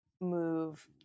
move